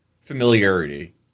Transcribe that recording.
familiarity